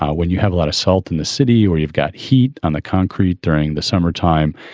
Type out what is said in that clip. ah when you have a lot of salt in the city or you've got heat on the concrete during the summertime,